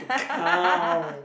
count